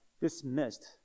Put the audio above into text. dismissed